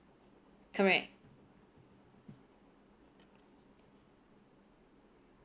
correct